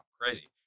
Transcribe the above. crazy